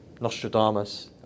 Nostradamus